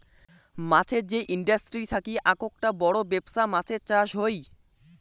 মাছের যে ইন্ডাস্ট্রি থাকি আককটা বড় বেপছা মাছের চাষ হই